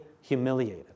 humiliated